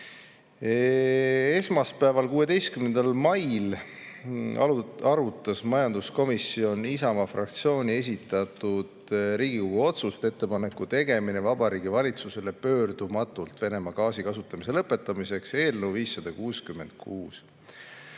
Esmaspäeval, 16. mail arutas majanduskomisjon Isamaa fraktsiooni esitatud Riigikogu otsuse "Ettepaneku tegemine Vabariigi Valitsusele pöördumatult Venemaa gaasi kasutamise lõpetamiseks" eelnõu 566.